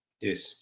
Yes